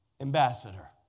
Ambassador